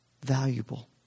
Valuable